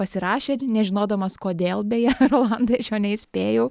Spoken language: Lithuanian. pasirašė nežinodamas kodėl beje rolandai aš jo neįspėjau